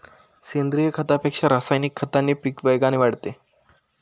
सेंद्रीय खतापेक्षा रासायनिक खताने पीक वेगाने वाढते